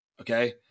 Okay